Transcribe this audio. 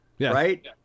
Right